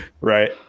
right